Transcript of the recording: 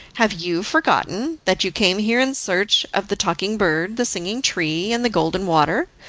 have you forgotten that you came here in search of the talking bird, the singing tree, and the golden water,